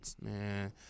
man